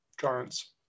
Giants